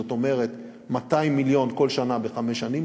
זאת אומרת, 200 מיליון כל שנה בחמש שנים.